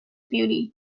beauty